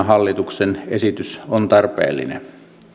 hallituksen esitys on tarpeellinen